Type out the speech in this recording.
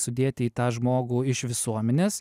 sudėti į tą žmogų iš visuomenės